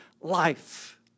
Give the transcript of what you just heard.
life